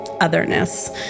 otherness